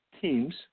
teams